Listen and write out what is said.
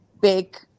big